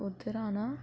उद्धर आना